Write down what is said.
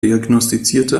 diagnostizierte